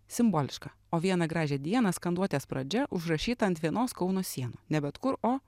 simboliška o vieną gražią dieną skanduotės pradžia užrašyta ant vienos kauno sienų ne bet kur o